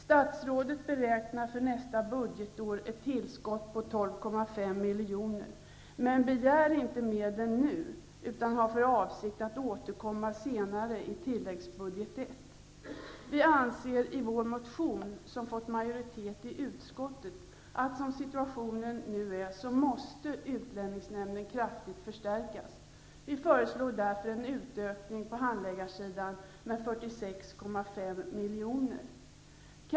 Statsrådet beräknar för nästa budgetår ett tillskott på 12,5 miljoner men begär inte medlen nu utan har för avsikt att återkomma senare i tilläggsbudget I. I vår motion, som har fått majoritet i utskottet, säger vi att utlänningsnämnden, som situationen nu är, måste kraftigt förstärkas. Vi föreslår därför en utökning på handläggarsidan med 46,5 miljoner.